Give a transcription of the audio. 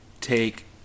take